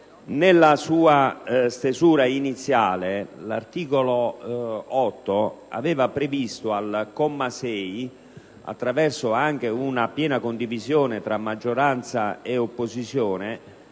nella sua stesura iniziale l'articolo 8 aveva previsto al comma 6, attraverso una piena condivisione fra maggioranza ed opposizione,